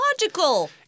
logical